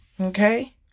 Okay